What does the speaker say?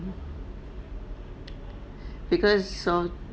because so